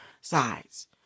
sides